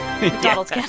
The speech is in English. McDonald's